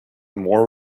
more